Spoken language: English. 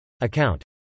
account